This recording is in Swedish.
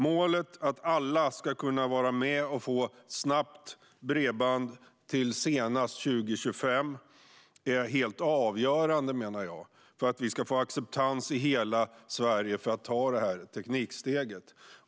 Målet att alla ska kunna vara med och få snabbt bredband senast 2025 är helt avgörande, menar jag, för att vi ska få acceptans i hela Sverige för att ta detta tekniksteg.